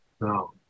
no